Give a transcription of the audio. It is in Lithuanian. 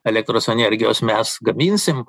elektros energijos mes gaminsim